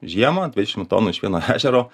žiemą dvidešim tonų iš vieno ežero